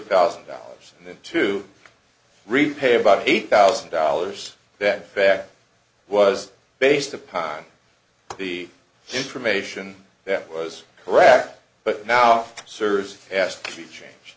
thousand dollars and then to repay about eight thousand dollars that back was based upon the information that was iraq but now serves as the change